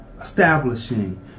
establishing